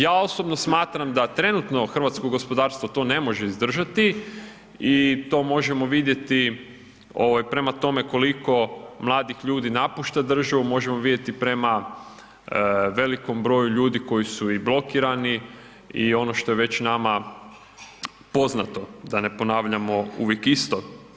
Ja osobno smatram da trenutno hrvatsko gospodarstvo to ne može izdržati i to možemo vidjeti prema tome koliko mladih ljudi napušta državu, možemo vidjeti prema velikom ljudi koji su i blokirani i ono što je već nama poznato da ne ponavljamo uvijek isto.